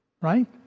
right